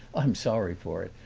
i am sorry for it,